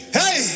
hey